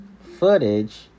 footage